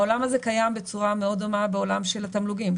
העולם הזה קיים בצורה מאוד דומה בעולם של התמלוגים,